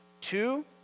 Two